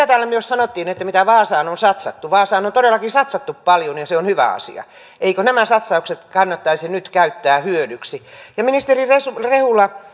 täällä myös sanottiin se mitä vaasaan on satsattu vaasaan on todellakin satsattu paljon ja se on hyvä asia eivätkö nämä satsaukset kannattaisi nyt käyttää hyödyksi ministeri rehula